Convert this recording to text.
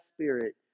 spirit